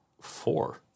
Four